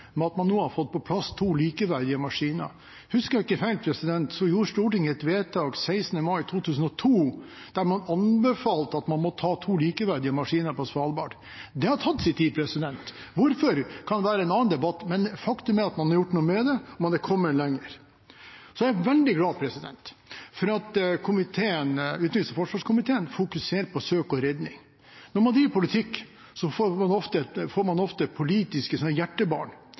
med at man nå har fått på plass to likeverdige maskiner. Husker jeg ikke feil, gjorde Stortinget et vedtak 16. mai 2002, der man anbefalte at man måtte ha to likeverdige maskiner på Svalbard. Det har tatt sin tid. Hvorfor kan være en annen debatt, men faktum er at man har gjort noe med det, og man har kommet lenger. Jeg er veldig glad for at utenriks- og forsvarskomiteen fokuserer på søk og redning. Når man driver med politikk, får man ofte